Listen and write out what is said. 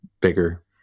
bigger